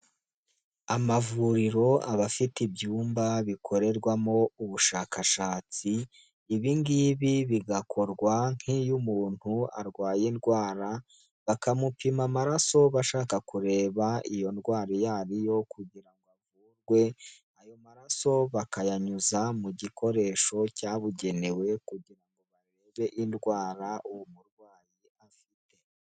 Amavuriro aba afite ibyumba bikorerwamo ubushakashatsi, ibingibi bigakorwa nk'iyo umuntu arwaye indwara, bakamupima amaraso bashaka kureba iyo ndwara yayo kugira ngo avurwe, ayo maraso bakayanyuza mu gikoresho cyabugenewe kugira ngo barebe indwara uwo murwayi afite.